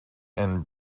and